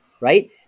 right